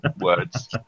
words